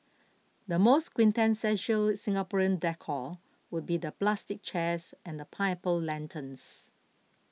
the most quintessential Singaporean decor would be the plastic chairs and pineapple lanterns